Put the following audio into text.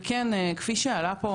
כפי שעלה פה